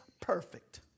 perfect